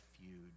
refuge